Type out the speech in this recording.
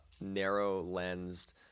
narrow-lensed